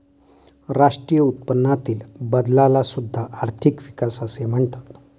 राष्ट्रीय उत्पन्नातील बदलाला सुद्धा आर्थिक विकास असे म्हणतात